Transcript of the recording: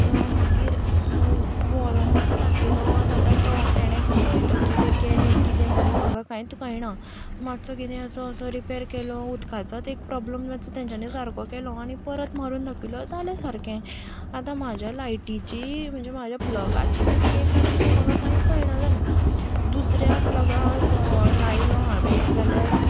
so मागीर व्हरून तांकां दाखयलो जाल्यार तो ताणें खंय तो कितें केलें कितें म्हमून म्हाका कांयच कळना मातसो कितें असो असो रिपेर केलो उदकाचोच एक प्रोब्लम मातसो तेंच्यांनी सारको केलो आनी परत मारून दाखयलो जालें सारकें आतां म्हाज्या लायटिची म्हणजे म्हाज्या प्लगाची मिस्टेक कांय कितें म्हाका कांयच कळना जालें दुसऱ्या प्लगाक लायलो हांवें जाल्यार